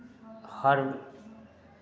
हर